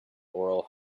oral